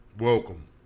Welcome